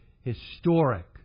historic